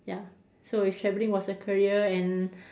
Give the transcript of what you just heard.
ya so if travelling was a career and